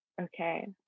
Okay